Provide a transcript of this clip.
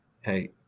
hey